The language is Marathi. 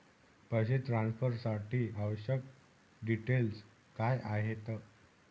पैसे ट्रान्सफरसाठी आवश्यक डिटेल्स काय आहेत?